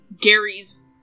Gary's